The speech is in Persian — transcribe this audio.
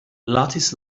لاتیس